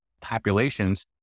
populations